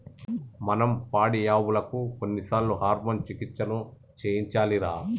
మనం పాడియావులకు కొన్నిసార్లు హార్మోన్ చికిత్సలను చేయించాలిరా